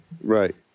Right